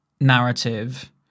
narrative